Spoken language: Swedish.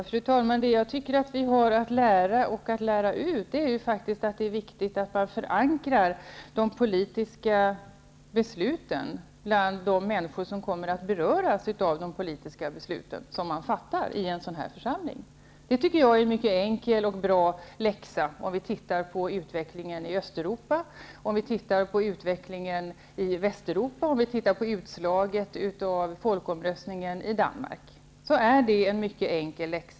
Fru talman! Det jag anser att vi har att lära och att lära ut är att det är viktigt att förankra de politiska besluten hos de människor som kommer att beröras av de politiska beslut som fattas i en sådan här församling. Det är en mycket enkel och bra läxa om vi ser på utvecklingen i Östeuropa, i Västeuropa och utslaget av folkomröstningen i Danmark.